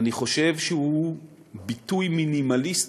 ואני חושב הוא ביטוי מינימליסטי,